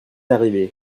arrivée